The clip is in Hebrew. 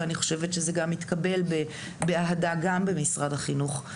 ואני חושבת שזה גם מתקבל באהדה גם במשרד החינוך.